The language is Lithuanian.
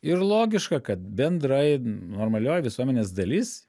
ir logiška kad bendrai normalioji visuomenės dalis